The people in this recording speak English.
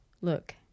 Look